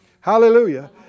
Hallelujah